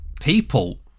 People